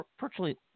virtually